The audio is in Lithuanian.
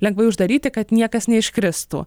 lengvai uždaryti kad niekas neiškristų